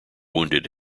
wounded